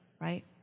right